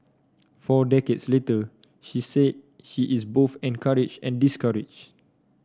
four decades later she said she is both encourage and discourage